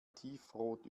tiefrot